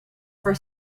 for